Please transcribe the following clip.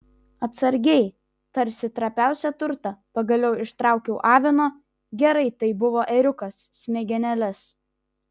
atsargiai tarsi trapiausią turtą pagaliau ištraukiau avino gerai tai buvo ėriukas smegenėles